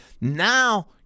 Now